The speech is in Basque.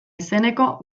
izeneko